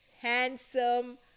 handsome